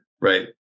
right